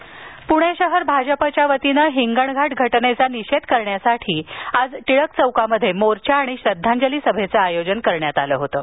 निषेध पुणे शहर भाजपच्या वतीनं हिंगणघाट घटनेचा निषेध करण्यासाठी आज टिळक चौकात मोर्चा आणि श्रद्धांजली सभेचं आयोजन करण्यात आलं होतं